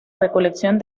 recolección